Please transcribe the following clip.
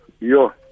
Yo